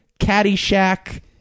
Caddyshack